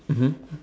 mmhmm